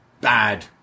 bad